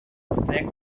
contrast